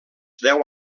deu